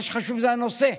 מה שחשוב זה הנושא,